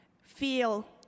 feel